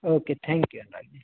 okay thank you Anurag ji